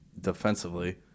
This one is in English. defensively